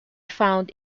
found